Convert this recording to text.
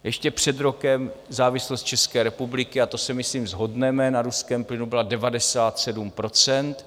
Ještě před rokem závislost České republiky, a to se myslím shodneme, na ruském plynu byla 97 %.